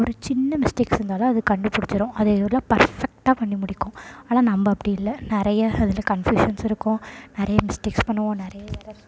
ஒரு சின்ன மிஸ்டேக்ஸ் இருந்தாலும் அது கண்டுபுடிச்சுடும் அது எவ்வளோ பர்ஃபெக்ட்டாக பண்ணி முடிக்கும் ஆனால் நம்ம அப்படி இல்லை நிறைய அதில் கன்ஃப்யூஷன்ஸ் இருக்கும் நிறைய மிஸ்டேக்ஸ் பண்ணுவோம் நிறைய எரர்ஸ் வரும்